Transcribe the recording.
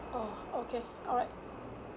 oh okay alright